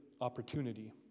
opportunity